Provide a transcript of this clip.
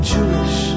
Jewish